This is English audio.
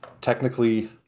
technically